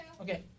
Okay